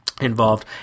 involved